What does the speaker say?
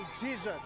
Jesus